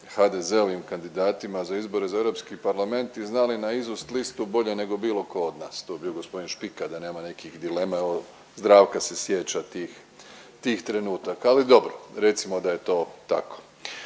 HDZ-ovim kandidatima za izbore za Europski parlament i znali na …/Govornik se ne razumije./… bolje nego bilo tko od nas. To bi bio gospodin Špika da nema nekih dilema. Evo Zdravka se sjeća tih trenutaka, ali dobro. Recimo da je to tako.